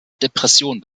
depression